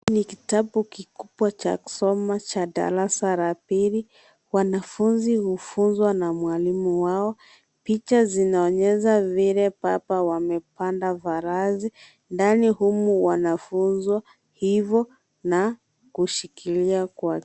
Ni kitabu kikubwa cha kusoma cha darasa la pili. Wanafunzi hufunzwa na mwalimu wao. Picha zinaonyesha vile baba wamepanda farasi. Ndani humu anafunzwa hivo na kushikilia kwa...